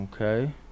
okay